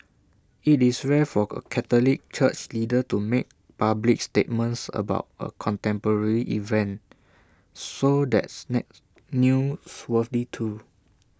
IT is rare for A Catholic church leader to make public statements about A contemporary event so that's nets newsworthy too